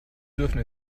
dürfen